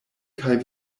kaj